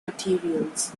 materials